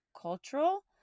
cultural